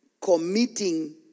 committing